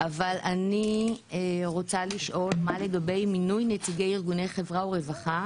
אבל אני רוצה לשאול מה לגבי מינוי נציגי ארגוני חברה ורווחה